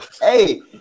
Hey